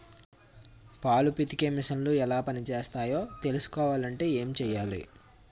పాలు పితికే మిసన్లు ఎలా పనిచేస్తాయో తెలుసుకోవాలంటే ఏం చెయ్యాలి?